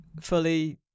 fully